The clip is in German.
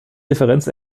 differenz